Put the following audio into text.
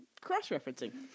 cross-referencing